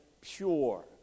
pure